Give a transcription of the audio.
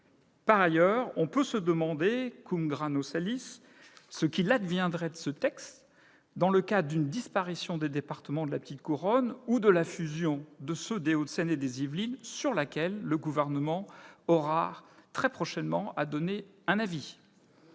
Par ailleurs, on peut se demander,, ce qu'il adviendrait de ce texte dans le cas d'une disparition des départements de la petite couronne ou de la fusion des Hauts-de-Seine et des Yvelines, sur laquelle le Gouvernement aura très prochainement à donner un avis.